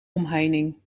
omheining